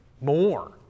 more